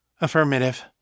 Affirmative